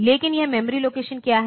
लेकिन यह memory location क्या है